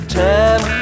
time